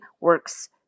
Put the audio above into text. works